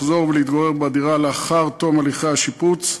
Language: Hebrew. לחזור ולהתגורר בדירה לאחר תום הליכי השיפוץ,